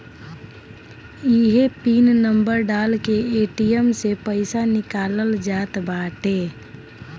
इहे pin number डाल के ए.टी.एम से पईसा निकालल जात बाटे